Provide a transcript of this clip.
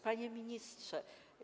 Panie Ministrze!